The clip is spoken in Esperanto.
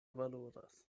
valoras